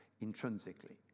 intrinsically